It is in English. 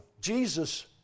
Jesus